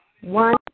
One